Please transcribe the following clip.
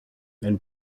and